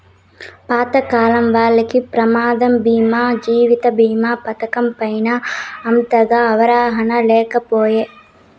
పాతకాలం వాల్లకి ప్రమాద బీమా జీవిత బీమా పతకం పైన అంతగా అవగాహన లేకపాయె